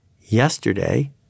yesterday